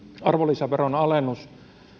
arvonlisäveron alennus